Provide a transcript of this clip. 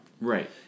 Right